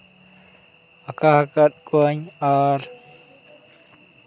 ᱟᱠᱟ ᱟᱠᱟᱫ ᱠᱚᱣᱟᱹᱧ ᱟᱨ